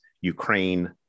Ukraine